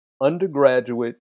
undergraduate